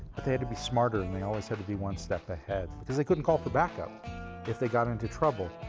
they had to be smarter and they always had to be one step ahead because they couldn't call for backup if they got into trouble.